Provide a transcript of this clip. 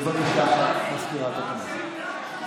בבקשה, מזכירת הכנסת.